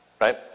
right